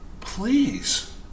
please